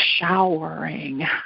showering